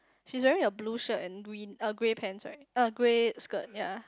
she's wearing a blue shirt and green uh grey pants right uh grey skirt ya